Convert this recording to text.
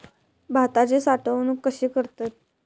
भाताची साठवूनक कशी करतत?